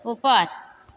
ऊपर